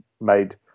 made